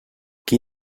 qui